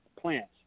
plants